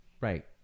Right